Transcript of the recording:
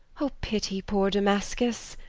o, pity poor damascus!